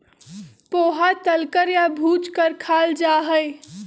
पोहा तल कर या भूज कर खाल जा हई